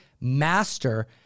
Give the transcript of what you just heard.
master